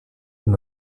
dans